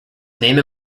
name